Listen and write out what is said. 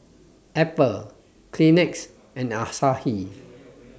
Apple Kleenex and Asahi